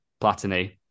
Platini